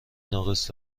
ناقص